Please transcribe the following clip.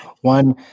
one